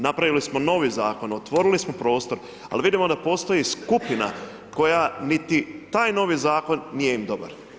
Napravili smo novi zakon, otvorili smo prostor, ali vidimo da postoji skupina koja niti taj novi zakon nije im dobar.